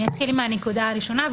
אני אתחיל עם הנקודה הראשונה,